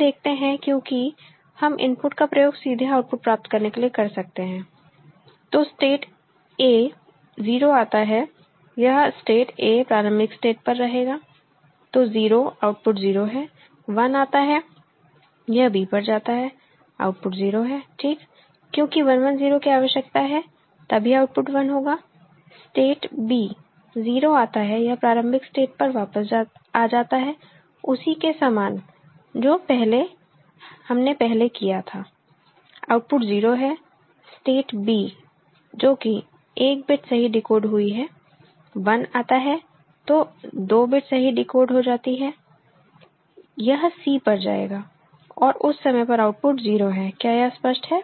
हम देखते हैं क्योंकि हम इनपुट का प्रयोग सीधे आउटपुट प्राप्त करने के लिए कर सकते हैं तो स्टेट a 0 आता है यह स्टेट a प्रारंभिक स्टेट पर रहेगा तो 0 आउटपुट 0 है 1 आता है यह b पर जाता है आउटपुट 0 है ठीक क्योंकि 1 1 0 की आवश्यकता है तभी आउटपुट 1 होगा स्टेट b 0 आता है यह प्रारंभिक स्टेट पर वापस आ जाता है उसी के समान जो हमने पहले किया था आउटपुट 0 है स्टेट b जो कि 1 बिट सही डिकोड हुई है 1 आता है तो 2 बिट सही डिकोड हो जाती है यह c पर जाएगा और उस समय पर आउटपुट 0 है क्या यह स्पष्ट है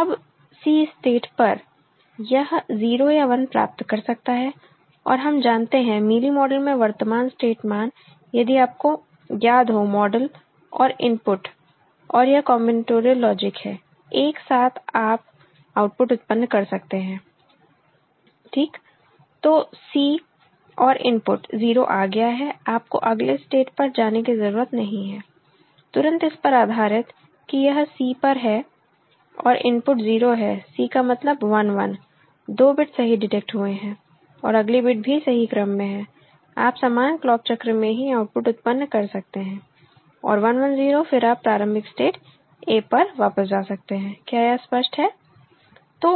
अब c स्टेट पर यह 0 या 1 प्राप्त कर सकता है और हम जानते हैं मीली मॉडल में वर्तमान स्टेट मान यदि आपको याद हो मॉडल और इनपुट और यह कांबिनटोरियल लॉजिक है एक साथ आप आउटपुट उत्पन्न कर सकते हैं ठीक तो c और इनपुट 0 आ गया है आपको अगले स्टेट पर जाने की जरूरत नहीं है तुरंत इस पर आधारित कि यह c पर है और इनपुट 0 है c का मतलब 1 1 दो बिट सही डिटेक्ट हुए हैं और अगली बिट भी सही क्रम में है आप समान क्लॉक चक्र में ही आउटपुट उत्पन्न कर सकते हैं और 1 1 0 फिर आप प्रारंभिक स्टेट a पर वापस जा सकते हैं क्या यह स्पष्ट है